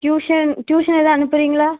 tuition tuition எதாது அனுப்புகிறீங்களா